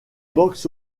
box